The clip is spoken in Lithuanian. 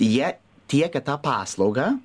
jie tiekia tą paslaugą